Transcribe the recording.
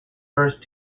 first